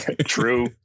True